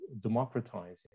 democratizing